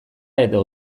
edo